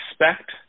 expect –